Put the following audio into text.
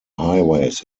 highways